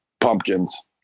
pumpkins